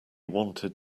wanted